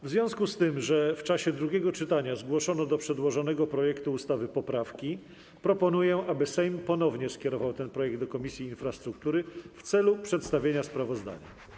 W związku z tym, że w czasie drugiego czytania zgłoszono do przedłożonego projektu ustawy poprawki, proponuję, aby Sejm ponownie skierował ten projekt do Komisji Infrastruktury w celu przedstawienia sprawozdania.